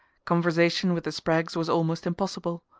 conversation with the spraggs was almost impossible.